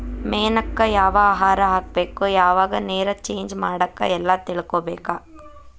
ಮೇನಕ್ಕ ಯಾವ ಆಹಾರಾ ಹಾಕ್ಬೇಕ ಯಾವಾಗ ನೇರ ಚೇಂಜ್ ಮಾಡಬೇಕ ಎಲ್ಲಾ ತಿಳಕೊಬೇಕ